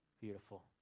Beautiful